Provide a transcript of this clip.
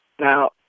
now